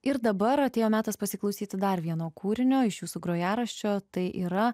ir dabar atėjo metas pasiklausyti dar vieno kūrinio iš jūsų grojaraščio tai yra